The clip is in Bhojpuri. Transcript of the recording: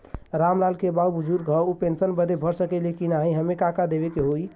राम लाल के बाऊ बुजुर्ग ह ऊ पेंशन बदे भर सके ले की नाही एमे का का देवे के होई?